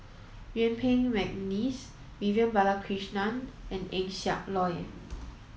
Yuen Peng McNeice Vivian Balakrishnan and Eng Siak Loy